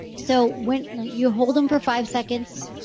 so when you hold them for five seconds,